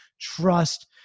trust